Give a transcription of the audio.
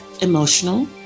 emotional